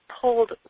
pulled